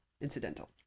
Incidental